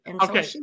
Okay